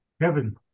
kevin